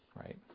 right